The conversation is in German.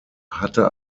hatte